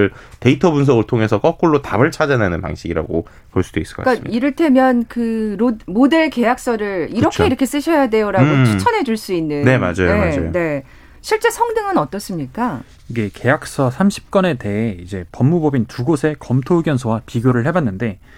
데이터 분석을 통해서 거꾸로 답을 찾아내는 방식이라고 볼 수도 있을 것 그러니까 같습니다. 이를테면 그 로- 모델 계약서를 이렇게 그쵸. 이렇게 쓰셔야 돼요라고 음. 추천해 줄 수 네, 있는. 맞아요, 네, 맞아요. 네. 실제 성능은 어떻습니까? 이게 계약서 30 건에 대해 이제 법무법인 두 곳의 검토 의견서와 비교를 해봤는데